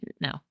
No